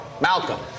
Malcolm